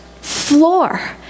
Floor